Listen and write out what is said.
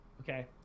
Okay